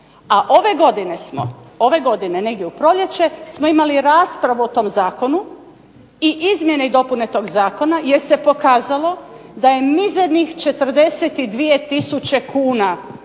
Ove godine negdje u proljeće smo imali raspravu o tom zakonu i izmjene i dopune tog Zakona jer se pokazalo da je mizernih 42 tisuće